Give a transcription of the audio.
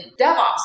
DevOps